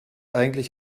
eigentlich